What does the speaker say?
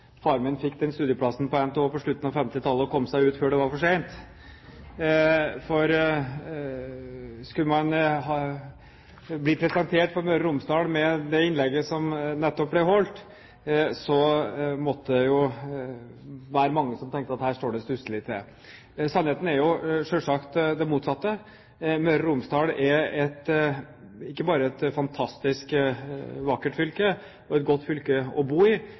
min fikk den studieplassen på NTH på slutten av 1950-tallet og kom seg ut før det var for sent. Skulle man bli presentert for Møre og Romsdal med det innlegget som nettopp ble holdt, måtte det være mange som tenkte at her står det stusselig til. Sannheten er selvsagt det motsatte; Møre og Romsdal er ikke bare et fantastisk vakkert fylke og et godt fylke å bo i,